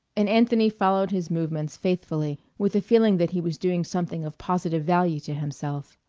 and anthony, followed his movements faithfully, with a feeling that he was doing something of positive value to himself.